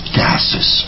gases